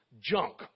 junk